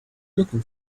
looking